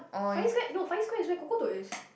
Far-East-Square no Far-East-Square is where Cocoto is